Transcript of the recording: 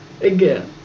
again